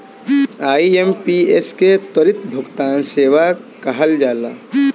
IMPS के त्वरित भुगतान सेवा कहल जाला